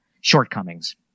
shortcomings